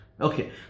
Okay